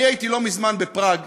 אני הייתי לא מזמן בפראג,